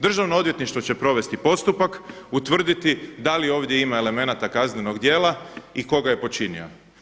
Državno odvjetništvo će provesti postupak, utvrditi da li ovdje ima elemenata kaznenog djela i tko ga je počinio.